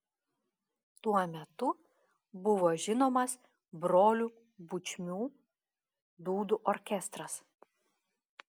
tuo metu buvo žinomas brolių bučmių dūdų orkestras